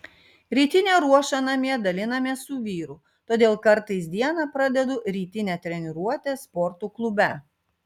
rytinę ruošą namie dalinamės su vyru todėl kartais dieną pradedu rytine treniruote sporto klube